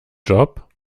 job